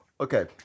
Okay